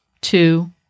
two